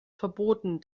verboten